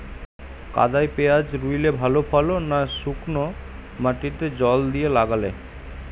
কাদায় পেঁয়াজ রুইলে ভালো ফলন না শুক্নো মাটিতে জল দিয়ে লাগালে?